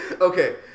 Okay